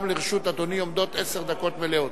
גם לרשות אדוני עומדות עשר דקות מלאות.